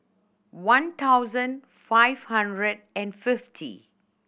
one thousand five hundred and fifty